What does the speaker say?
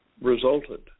resulted